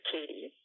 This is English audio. Katie